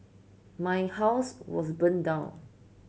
my house was burned down